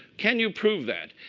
can you prove that?